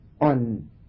on